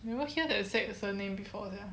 I never hear the exact same name before sia